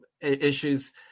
issues